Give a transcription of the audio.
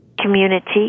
community